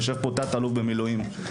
יושב פה תת-אלוף במילואים,